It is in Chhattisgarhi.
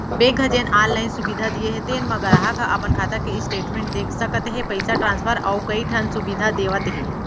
बेंक ह जेन आनलाइन सुबिधा दिये हे तेन म गराहक ह अपन खाता के स्टेटमेंट देख सकत हे, पइसा ट्रांसफर अउ कइ ठन सुबिधा देवत हे